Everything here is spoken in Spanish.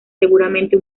seguramente